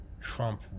Trump